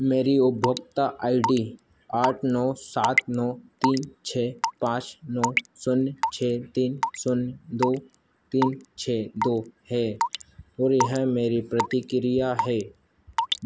मेरी उपभोक्ता I D आठ नौ सात नौ तीन छः पाँच नौ शून्य छः तीन शून्य दो तीन छः दो है और यहाँ मेरी प्रतिक्रिया है